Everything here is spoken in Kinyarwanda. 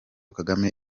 kagame